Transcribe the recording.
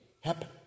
happen